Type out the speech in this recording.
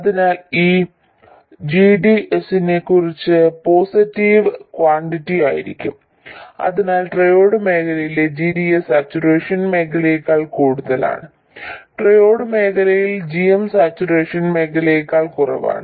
അതിനാൽ ഈ g d s കുറച്ച് പോസിറ്റീവ് ക്വാണ്ടിറ്റി ആയിരിക്കും അതിനാൽ ട്രയോഡ് മേഖലയിലെ g d s സാച്ചുറേഷൻ മേഖലയേക്കാൾ കൂടുതലാണ് ട്രയോഡ് മേഖലയിൽ g m സാച്ചുറേഷൻ മേഖലയേക്കാൾ കുറവാണ്